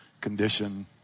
condition